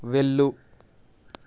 వెళ్ళు